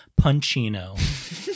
Punchino